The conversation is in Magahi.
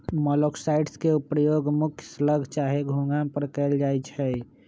मोलॉक्साइड्स के प्रयोग मुख्य स्लग चाहे घोंघा पर कएल जाइ छइ